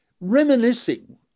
reminiscing